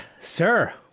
Sir